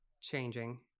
changing